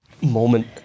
moment